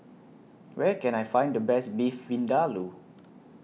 Where Can I Find The Best Beef Vindaloo